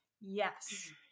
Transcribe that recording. Yes